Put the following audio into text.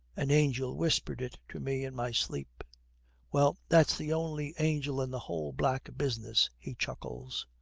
an angel whispered it to me in my sleep well, that's the only angel in the whole black business he chuckles.